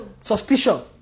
suspicious